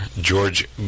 George